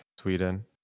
Sweden